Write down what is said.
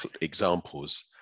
examples